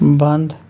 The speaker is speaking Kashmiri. بنٛد